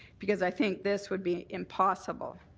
because i think this would be impossible.